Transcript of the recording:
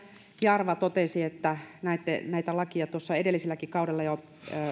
jarva totesi että näitä lakeja jo edelliselläkin kaudella